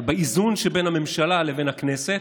אבל באיזון שבין הממשלה לבין הכנסת,